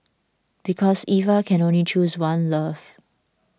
because Eva can only choose one love